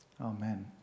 Amen